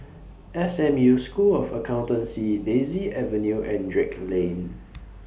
S M U School of Accountancy Daisy Avenue and Drake Lane